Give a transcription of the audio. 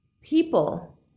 people